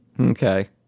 okay